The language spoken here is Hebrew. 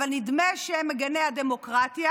אבל נדמה שהם מגיני הדמוקרטיה,